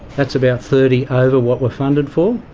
that's about thirty ah over what we're funded for,